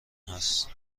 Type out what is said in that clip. هست